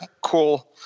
cool